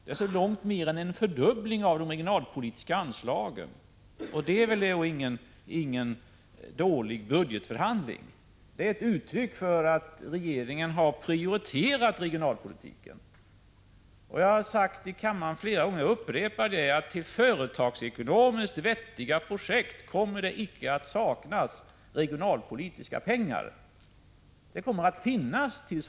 De regionalpolitiska anslagen har alltså mer än fördubblats, och det är väl ingen dålig budgetbehandling. Det är ett uttryck för att regeringen har prioriterat regionalpolitiken. Jag har flera gånger i kammaren sagt att det till företagsekonomiskt vettiga projekt icke kommer att saknas regionalpolitiska pengar, utan det kommer att finnas pengar.